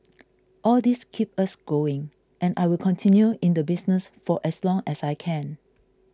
all these keep us going and I will continue in the business for as long as I can